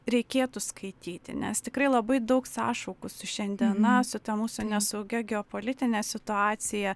reikėtų skaityti nes tikrai labai daug sąšaukų su šiandiena su ta mūsų nesaugia geopolitine situacija